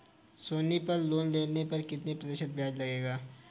सोनी पल लोन लेने पर कितने प्रतिशत ब्याज लगेगा?